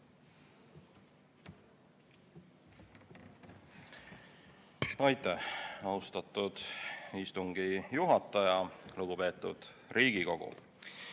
Aitäh, austatud istungi juhataja! Lugupeetud Riigikogu!